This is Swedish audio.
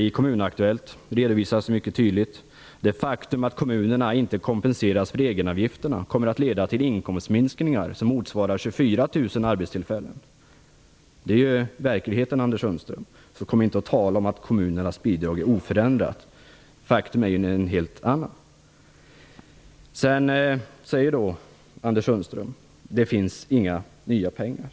I Kommun Aktuellt redogörs mycket tydligt för det faktum att kommunerna inte kompenseras för egenavgifterna, vilket kommer att leda till inkomstminskningar som motsvarar 24 000 arbetstillfällen. Det är verkligheten, Anders Sundström, så kom inte och tala om att kommunernas bidrag är oförändrade. Fakta säger något helt annat. Anders Sundström säger: Det finns inga nya pengar.